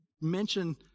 mention